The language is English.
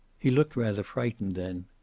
he looked rather frightened then.